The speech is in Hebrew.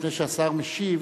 לפני שהשר משיב,